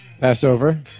Passover